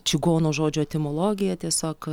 čigono žodžio etimologiją tiesiog